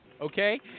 Okay